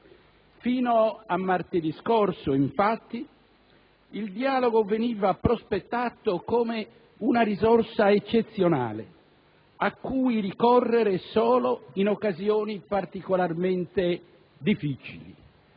Fino a martedì scorso, infatti, il dialogo veniva prospettato come una risorsa eccezionale a cui ricorrere solo in occasioni particolarmente difficili,